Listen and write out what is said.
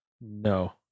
No